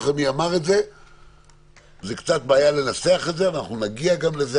זה קצת בעיה לנסח את זה, אבל אנחנו נגיע גם לזה.